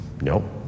No